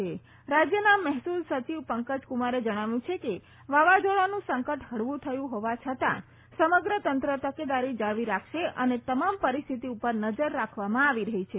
audio હવામાન અધિકારી રાજ્યના મહેસૂલ સચિવ પંકજ કુમારે જણાવ્યું છે કે વાવાઝોડાનું સંકટ હળવું થયું હોવા છતાં સમગ્ર તંત્ર તકેદારી જાળવી રાખશે અને તમામ પરિસ્થિતિ પર નજર રાખવામાં આવી રહી છે